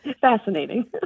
Fascinating